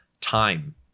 time